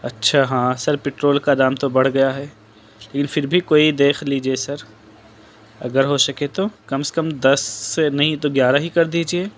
اچّھا ہاں sir petrol کا دام تو بڑھ گیا ہے لیکن پھر بھی کوئی دیکھ لیجیے سر اگر ہو سکے تو کم سے کم دس نہیں تو گیارہ ہی کر دیجیے